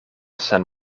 sen